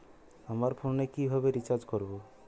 আমার ফোনে কিভাবে রিচার্জ করবো?